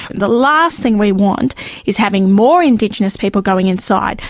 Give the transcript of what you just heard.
the last thing we want is having more indigenous people going inside.